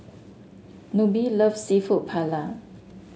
Nobie loves seafood Paella